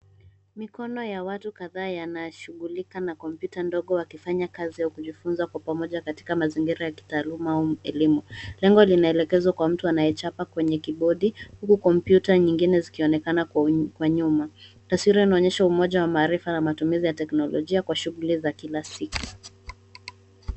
Mikono ya watu kadhaa yanashughulika na kompyuta ndogo wakifanya kazi ya kujifunza kwa pamoja katika mazingira ya kitaaluma au elimu, lengo linaelekezwa kwa mtu anayechapa kwenye kibodi huku kompyuta nyingine zikionekana kwa nyuma, taswira inaonyesha umoja wa maarifa na matumizi ya teknolojia kwa shughuli za kila siku.